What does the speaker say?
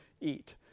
eat